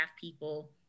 people